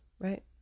right